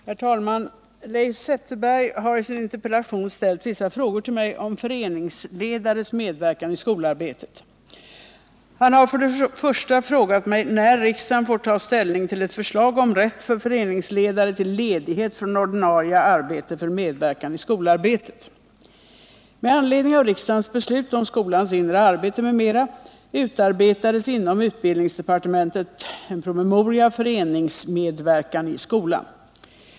74, och anförde: Herr talman! Leif Zetterberg har i sin interpellation ställt vissa frågor till mig om föreningsledares medverkan i skolarbetet. Han har till att börja med frågat mig när riksdagen får ta ställning till ett förslag om rätt för föreningsledare till ledighet från ordinarie arbete för medverkan i skolarbetet. Med anledning av riksdagens beslut om skolans inre arbete m.m. utarbetades inom utbildningsdepartementet promemorian Föreningsmedverkan i skolan.